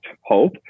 hope